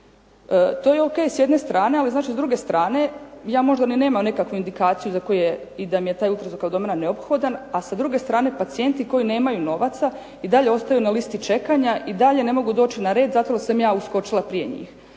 To je ok s jedne strane, ali znači s druge strane ja možda ni nemam nekakvu indikaciju za koju je, i da mi je taj ultrazvuk abdomena neophodan, a sa druge strane pacijenti koji nemaju novaca i dalje ostaju na listi čekanja, i dalje ne mogu doći na red zato jer sam ja uskočila prije njih.